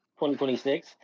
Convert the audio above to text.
2026